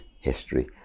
history